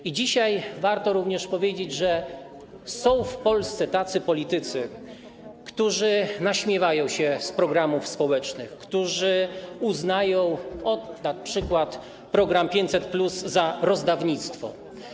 I dzisiaj warto również powiedzieć, że są w Polsce tacy politycy, którzy naśmiewają się z programów społecznych, którzy uznają np. program 500+ za rozdawnictwo.